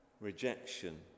rejection